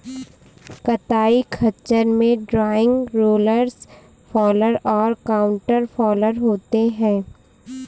कताई खच्चर में ड्रॉइंग, रोलर्स फॉलर और काउंटर फॉलर होते हैं